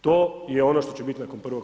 To je ono što će biti nakon 1.1.